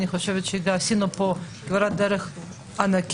אני חושבת שעשינו פה כברת דרך ענקית,